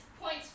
points